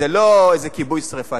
זה לא איזה כיבוי שרפה.